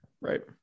right